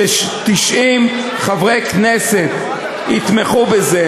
ש-90 חברי כנסת יתמכו בזה,